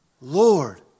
Lord